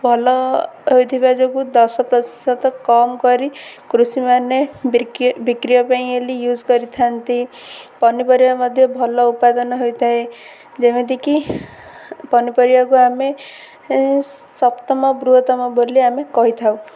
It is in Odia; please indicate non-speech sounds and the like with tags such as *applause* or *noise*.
ଭଲ ହୋଇଥିବା ଯୋଗୁଁ ଦଶ ପ୍ରଶିଶତ କମ୍ କରି କୃଷିମାନେ ବିକ୍ରୟ ପାଇଁ *unintelligible* ୟୁଜ୍ କରିଥାନ୍ତି ପନିପରିବା ମଧ୍ୟ ଭଲ ଉପାଦାନ ହୋଇଥାଏ ଯେମିତିକି ପନିପରିବାକୁ ଆମେ ସପ୍ତମ ବୃହତ୍ତମ ବୋଲି ଆମେ କହିଥାଉ